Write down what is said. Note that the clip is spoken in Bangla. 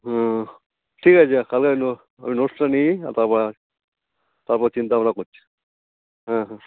হুম ঠিক আছে কালকে ওই নো ওই নোটসটা নিই আর তারপর তারপর চিন্তাভাবনা করছি হ্যাঁ হ্যাঁ